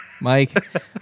Mike